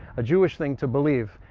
a jewish thing to believe.